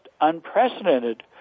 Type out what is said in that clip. unprecedented